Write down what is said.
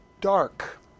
dark